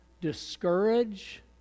discourage